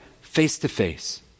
face-to-face